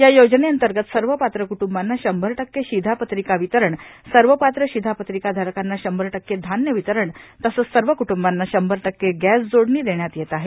या योजने अंतर्गत सर्व पात्र क्ट्ंबांना शंभर टक्के शिधापत्रिका वितरण सर्व पात्र शिधापत्रिकाधारकांना शंभर टक्के धान्य वितरण तसेच सर्व क्ट्ंबांना शंभर टक्के गॅस जोडणी देण्यात येत आहे